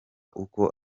uko